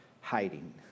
hiding